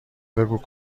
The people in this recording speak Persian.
بگو